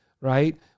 right